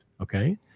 Okay